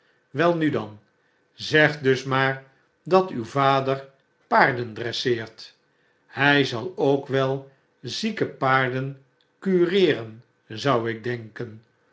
welnu dan zeg dus maar dat uw vader paarden dresseert hij zal ook wel zieke paarden cureeren zou ik denken